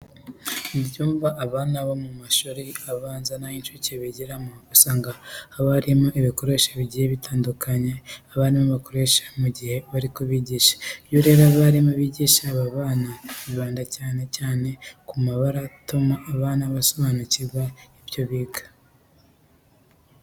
Mu byumba abana bo mu mashuri abanza n'ay'incuke bigiramo, usanga haba harimo ibikoresho bigiye bitandukanye abarimu bakoresha mu gihe bari kubigisha. Iyo rero abarimu bigisha aba bana bibanda cyane cyane ku mabara atuma abana basobanukirwa ibyo biga.